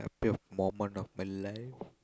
period moment of my life